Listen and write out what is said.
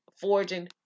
forging